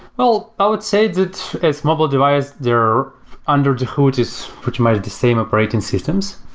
well, i would say that mobile device, they're under the hood is pretty much the same operating systems.